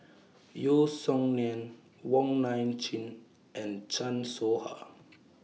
Yeo Song Nian Wong Nai Chin and Chan Soh Ha